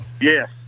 Yes